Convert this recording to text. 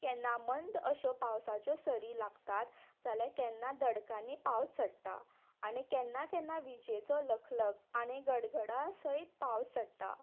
केन्ना मंद अश्यो पावसाच्या सरी लागतात जाल्यार केन्ना दडकांनी पावस झडटा आनी केन्ना केन्ना विजेचो लखलख आनी गडगडा सयत पावस झडटा